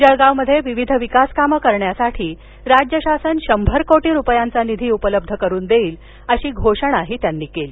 जळगावमध्ये विविध विकास कामं करण्यासाठी राज्य शासन शंभर कोटी रुपयांचा निधी उपलब्ध करुन देईल अशी घोषणा त्यांनी केली